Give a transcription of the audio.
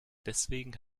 deswegen